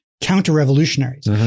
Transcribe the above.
counter-revolutionaries